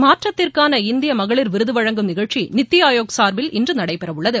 மாற்றத்திற்காள இந்திய மகளிர் விருது வழங்கும் நிகழ்ச்சி நித்தி ஆயோக் சார்பில் இன்று நடைபெற உள்ளது